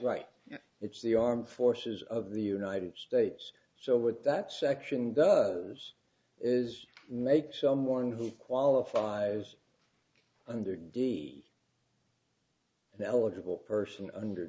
right it's the armed forces of the united states so what that section does is make someone who qualifies under d an eligible person under